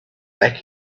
back